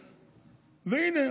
והינה,